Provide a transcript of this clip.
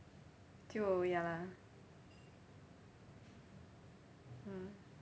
就 ya lah mm